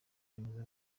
remezo